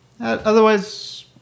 Otherwise